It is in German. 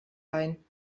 ein